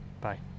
bye